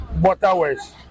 Waterways